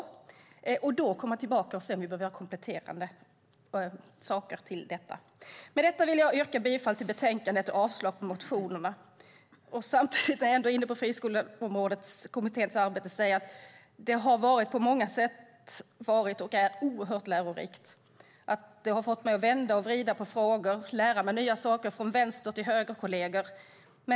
Sedan kan vi komma tillbaka och se om vi behöver göra kompletterande saker. Med detta yrkar jag bifall till förslaget i betänkandet och avslag på motionerna. När jag ändå är inne på området Friskolekommitténs arbete kan jag säga att det på många sätt har varit och är oerhört lärorikt. Det har fått mig att vända och vrida på frågor och lära mig nya saker från såväl vänster som högerkolleger.